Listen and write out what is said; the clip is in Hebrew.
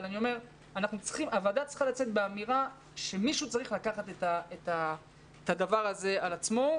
אבל הוועדה צריכה לצאת באמירה שמישהו צריך לקחת את הדבר הזה על עצמו,